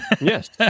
Yes